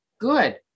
good